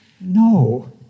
No